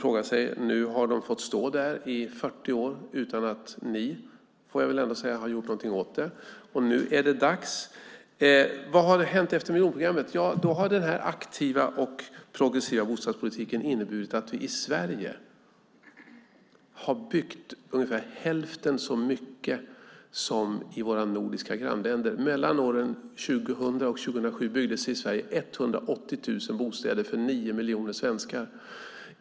De har fått stå i 40 år utan att ni, får jag ändå säga, har gjort någonting åt det, och nu är det dags. Vad har hänt efter miljonprogrammet? Den aktiva och progressiva bostadspolitiken har inneburit att vi i Sverige har byggt ungefär hälften så mycket som i våra nordiska grannländer. Åren 2000-2007 byggdes i Sverige 180 000 bostäder för nio miljoner svenskar.